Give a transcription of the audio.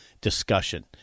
discussion